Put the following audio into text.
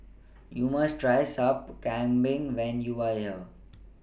YOU must Try Sup Kambing when YOU Are here